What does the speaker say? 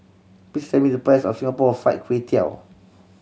please tell me the price of Singapore Fried Kway Tiao